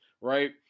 right